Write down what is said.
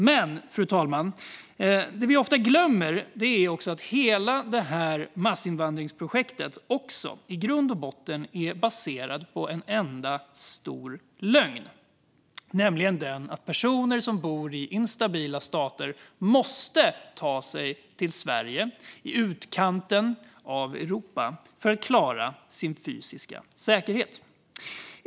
Men, fru talman, det vi ofta glömmer är att hela detta massinvandringsprojekt också i grund och botten är baserat på en enda stor lögn, nämligen att personer som bor i instabila stater måste ta sig till Sverige i utkanten av Europa för att klara sin fysiska säkerhet.